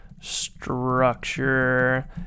structure